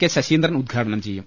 K Saseendran ഉദ്ഘാടനം ചെയ്യും